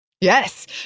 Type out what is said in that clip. yes